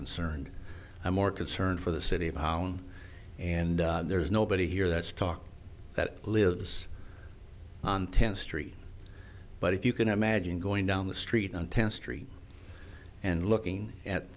concerned i'm more concerned for the city of our own and there's nobody here that's talk that lives on ten street but if you can imagine going down the street on ten street and looking